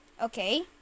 Okay